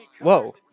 Whoa